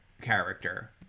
character